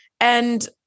And-